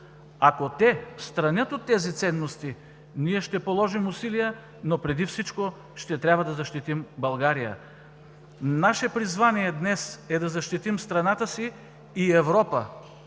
Ако те странят от тези ценности, ние ще положим усилия, но преди всичко ще трябва да защитим България. Наше призвание днес е да защитим страната си и Европа